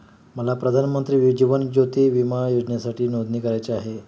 मला प्रधानमंत्री जीवन ज्योती विमा योजनेसाठी नोंदणी करायची आहे